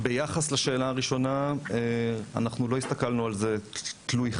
ביחס לשאלה הראשונה אנחנו לא הסתכלנו על זה תלוי חברה.